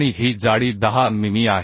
आणि ही जाडी 10 मिमी आहे